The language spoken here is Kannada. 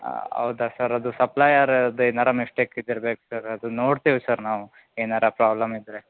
ಹೌದ ಸರ್ ಅದು ಸಪ್ಲೈಯರದ್ದು ಏನಾರೂ ಮಿಸ್ಟೇಕ್ ಇದ್ದಿರ್ಬೇಕು ಸರ್ ಅದು ನೋಡ್ತೇವೆ ಸರ್ ನಾವು ಏನಾರೂ ಪ್ರಾಬ್ಲಮ್ ಇದ್ದರೆ